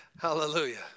Hallelujah